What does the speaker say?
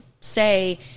say